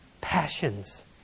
passions